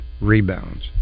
rebounds